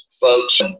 folks